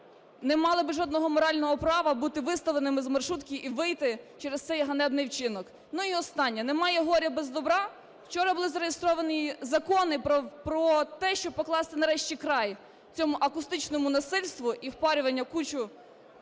не мали би жодного морального права бути виставленими з маршрутки і вийти через цей ганебний вчинок. І останнє. Немає горе без добра. Вчора були зареєстровані закони про те, щоб покласти нарешті край цьому акустичному насильству і впарюванню кучі